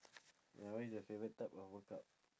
ya what is your favourite type of workout